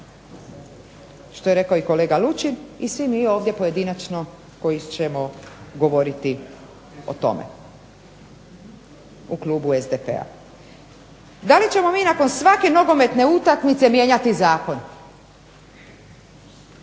što je rekao i kolega Lučin i svi mi ovdje pojedinačno koji ćemo govoriti o tome u klubu SDP-a. Da li ćemo mi nakon svake nogometne utakmice mijenjati zakon?